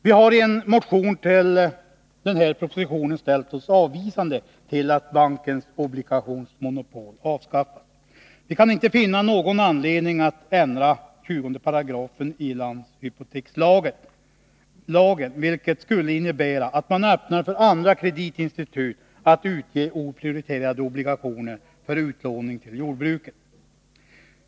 Vi har i en motion till denna proposition ställt oss avvisande till att bankens obligationsmonopol avskaffas. Vi kan inte finna någon anledning att ändra 20 § i landshypotekslagen, vilket skulle innebära att man ger möjlighet för andra kreditinstitut att utge oprioriterade obligationer för utlåning till jordbruket.